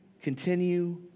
continue